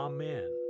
Amen